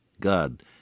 God